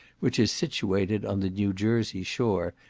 which is situated on the new jersey shore,